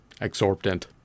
exorbitant